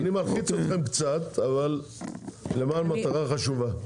אז הנה, אני מלחיץ אתכם קצת, אבל למען מטרה חשובה.